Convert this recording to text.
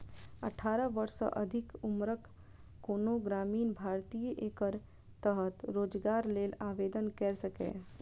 अठारह वर्ष सँ अधिक उम्रक कोनो ग्रामीण भारतीय एकर तहत रोजगार लेल आवेदन कैर सकैए